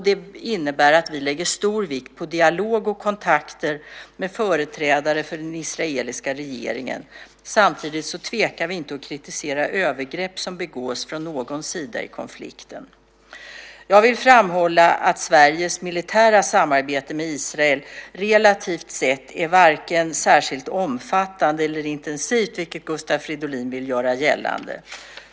Det innebär att vi lägger stor vikt på dialog och kontakter med företrädare för den israeliska regeringen. Samtidigt tvekar vi inte att kritisera övergrepp som begås från någon sida i konflikten. Jag vill framhålla att Sveriges militära samarbete med Israel relativt sett varken är särskilt omfattande eller intensivt, vilket Gustav Fridolin vill göra gällande.